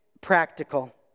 practical